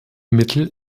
mittel